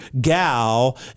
gal